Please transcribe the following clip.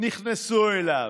נכנסו אליו.